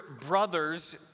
brothers